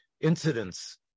incidents